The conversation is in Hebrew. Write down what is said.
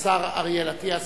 השר אריאל אטיאס,